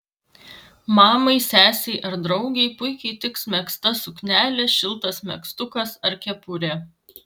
mamai sesei ar draugei puikiai tiks megzta suknelė šiltas megztukas ar kepurė